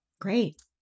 great